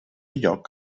lloc